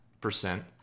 percent